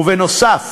ובנוסף,